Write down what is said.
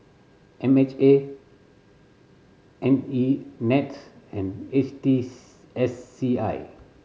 M H A N E NETS and H T S C I